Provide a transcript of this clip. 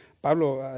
Pablo